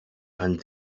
and